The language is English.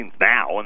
now